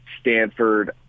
Stanford